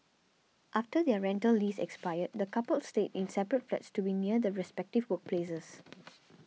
after their rental lease expired the coupled stayed in separate flats to be near their respective workplaces